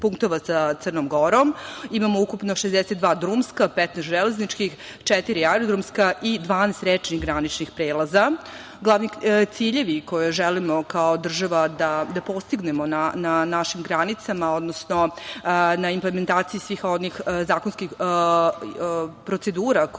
sa Crnom Gorom. Imamo ukupno 62 drumska, 15 železničkih, četiri aerodromska i 12 rečnih graničnih prelaza. Glavni ciljeve koje želimo kao država da postignemo na našim granicama, odnosno na implementaciji svih onih zakonskih procedura koje